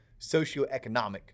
socioeconomic